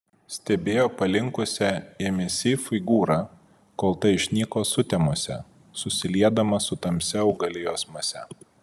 stebėjo palinkusią ėmėsi figūrą kol ta išnyko sutemose susiliedama su tamsia augalijos mase